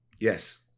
Yes